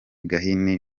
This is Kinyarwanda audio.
gahini